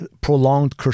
prolonged